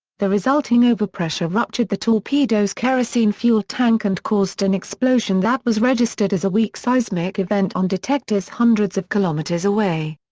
the resulting overpressure ruptured the torpedo's kerosene fuel tank and caused an explosion that was registered as a weak seismic event on detectors hundreds of kilometres away.